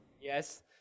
Yes